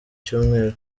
cyumweru